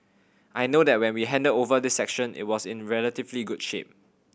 I know that when we handed over this section it was in relatively good shape